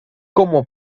como